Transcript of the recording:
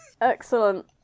excellent